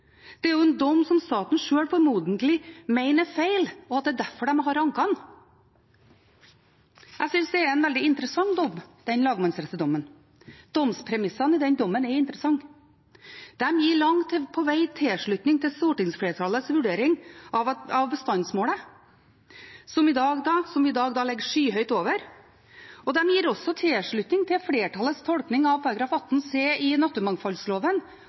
Det er jo en dom som staten sjøl formodentlig mener er feil, og at det er derfor man har anket den. Jeg synes det er en veldig interessant dom, den lagmannsrettsdommen. Domspremissene i den dommen er interessante. De gir langt på vei tilslutning til stortingsflertallets vurdering av bestandsmålet, som i dag ligger skyhøyt over, og de gir også tilslutning til flertallets tolkning av § 18 c i